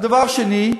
הדבר השני,